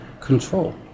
control